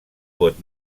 pot